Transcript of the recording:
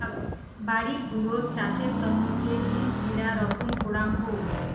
বাড়ি ভুঁইয়ত চাষের তন্ন যে বীজ গিলা রপন করাং হউ